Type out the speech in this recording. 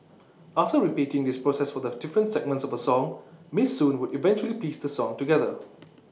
after repeating this process for the different segments of A song miss soon would eventually piece the song together